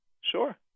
Sure